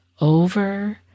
over